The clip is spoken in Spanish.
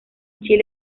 chile